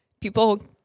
people